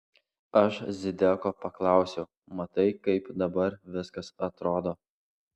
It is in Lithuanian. aš zideko paklausiau matai kaip dabar viskas atrodo